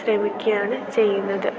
ശ്രമിക്കുകയാണ് ചെയ്യുന്നത്